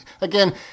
Again